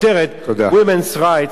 Women's Rights in Israel.